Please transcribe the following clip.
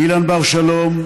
אילן בר שלום,